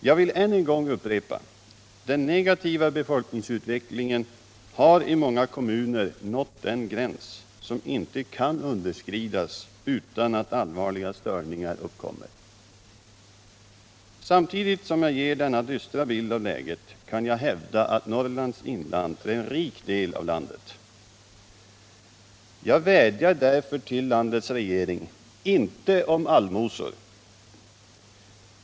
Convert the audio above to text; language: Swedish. Jag vill än en gång upprepa: Den negativa befolkningsutvecklingen har i många komuner nått den gräns som inte kan underskridas utan att allvarliga störningar uppkommer. Samtidigt som jag ger denna dystra bild av läget kan jag hävda att Norrlands inland är en rik del av landet. Jag vädjar därför till landets regering inte om allmosor.